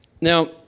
Now